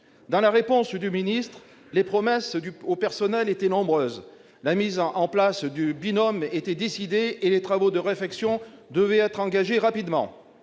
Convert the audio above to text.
Dans la réponse du ministre, les promesses au personnel étaient nombreuses : la mise en place de binômes était décidée, et les travaux de réfection devaient être engagés rapidement.